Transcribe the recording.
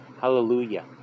Hallelujah